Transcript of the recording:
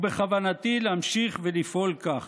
ובכוונתי להמשיך ולפעול כך.